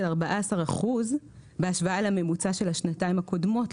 14% בהשוואה לממוצע של השנתיים הקודמות,